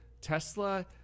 Tesla